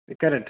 ଏକା ରେଟ୍